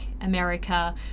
America